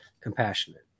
compassionate